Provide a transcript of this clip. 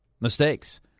mistakes